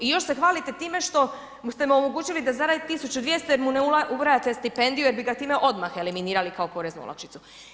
I još se hvalite time što ste mu omogućili da zaradi 1200 jer mu ne ubrajate stipendiju jer bi ga time odmah eliminirali kao poreznu olakšicu.